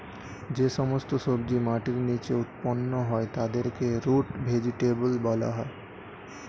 যে সমস্ত সবজি মাটির নিচে উৎপন্ন হয় তাদেরকে রুট ভেজিটেবল বলা হয়